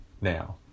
now